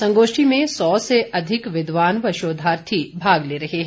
संगोष्ठी में सौ से अधिक विद्वान व शोधार्थी भाग ले रहे हैं